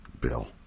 Bill